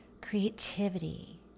creativity